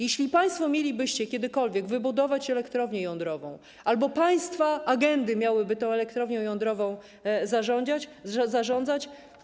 Jeśli państwo mielibyście kiedykolwiek wybudować elektrownię jądrową, jeżeli państwa agendy miałyby tą elektrownią jądrowa zarządzać.